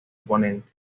oponente